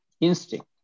instinct